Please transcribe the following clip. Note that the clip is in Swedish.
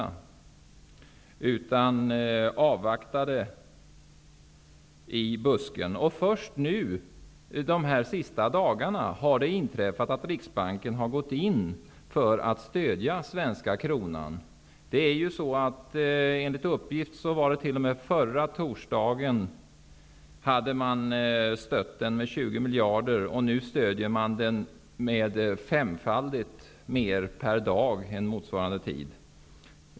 I stället avvaktade man så att säga i busken. Så sent som nu i dagarna har Riksbanken gått in i syfte att stödja den svenska kronan. T.o.m. förra torsdagen lär man ha stött den svenska kronan med 20 miljarder. Nu stöder man den femfaldigt mer per dag.